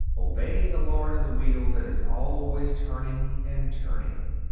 obey the lord of the wheel that is always turning and turning.